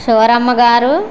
శివరామగారు